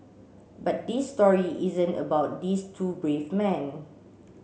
but this story isn't about these two brave men